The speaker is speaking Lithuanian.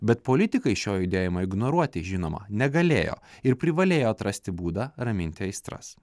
bet politikai šio judėjimo ignoruoti žinoma negalėjo ir privalėjo atrasti būdą raminti aistras